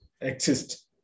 exist